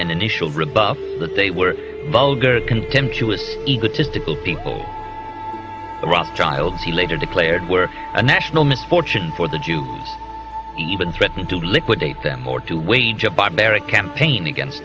initial rebuff that they were vulgar contemptuous egotistical people rob child he later declared were a national misfortune for the jews even threatened to liquidate them or to wage a barbaric campaign against